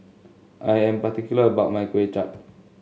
I am particular about my Kway Chap